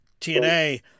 TNA